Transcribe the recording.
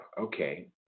okay